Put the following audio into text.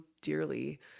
dearly